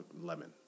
lemon